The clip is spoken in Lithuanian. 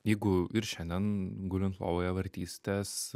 jeigu ir šiandien gulint lovoje vartysitės